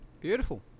beautiful